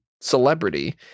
celebrity